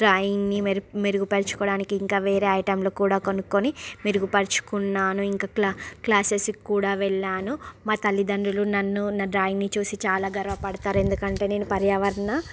డ్రాయింగ్ని మేరుగు మెరుగుపరుచుకోడానికి ఇంకా వేరే ఐటమ్లు కూడా కొనుక్కుని మెరుగుపరుచుకున్నాను ఇంకా క్లా క్లాసెస్కి కూడా వెళ్ళాను మా తల్లితండ్రులు నన్ను నా డ్రాయింగుని చూసి చాలా గర్వపడతారు ఎందుకంటే నేను పర్యావరణ